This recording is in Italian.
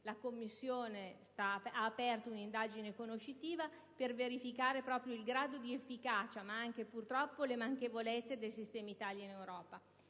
la Commissione ha aperto un'indagine conoscitiva per verificare il grado di efficacia, ma anche, purtroppo, le manchevolezze, del sistema Italia in Europa.